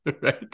right